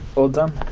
all done.